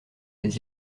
des